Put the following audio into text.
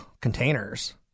containers